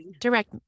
Direct